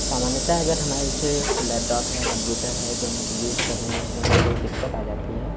सामान्यतः अगर हमारे जैसे लैपटॉफ या कम्प्यूटर है जो हम यूज़ कर रहे हैं उसमें अगर कोई दिक्कत आ जाती है